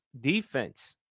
defense